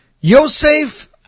Yosef